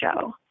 show